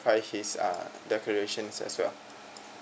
his uh declaration as well